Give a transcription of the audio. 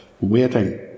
waiting